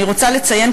אני רוצה לציין,